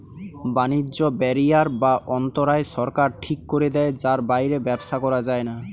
বাণিজ্য ব্যারিয়ার বা অন্তরায় সরকার ঠিক করে দেয় যার বাইরে ব্যবসা করা যায়না